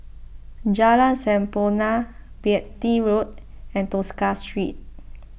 Jalan Sampurna Beatty Road and Tosca Street